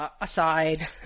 aside